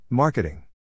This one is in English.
Marketing